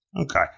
Okay